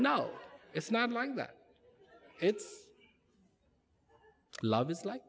know it's not like that it's love is like